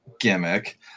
gimmick